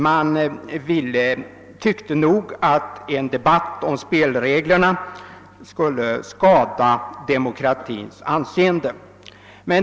De tyckte att en fortsatt upprörd debatt om dessa spelregler skulle skada demokratins anseende.